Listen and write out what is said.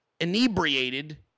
inebriated